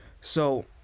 So-